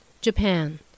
Japan